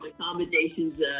accommodations